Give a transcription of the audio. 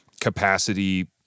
capacity